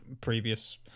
previous